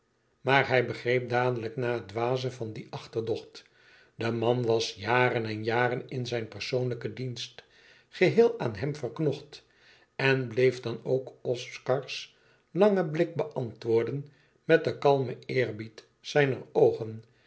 maar hij begreep dadelijk na het dwaze van dien achterdocht de man was jaren en jaren in zijn persoonlijken dienst geheel aan hem verknocht en bleef dan ook oscars langen blik beantwoorden met den kalmen eerbied zijner oogen